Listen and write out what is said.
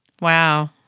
Wow